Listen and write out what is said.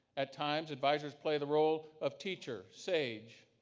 at times advisors play the role of teacher, sage,